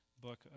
book